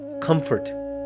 comfort